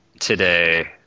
today